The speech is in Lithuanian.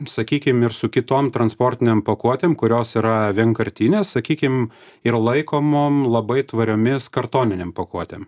sakykim ir su kitom transportinėm pakuotėm kurios yra vienkartinės sakykim ir laikomom labai tvariomis kartoninėm pakuotėm